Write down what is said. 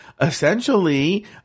essentially